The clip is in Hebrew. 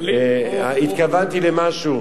התכוונתי למשהו.